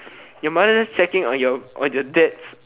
your mother just checking on your on your dad's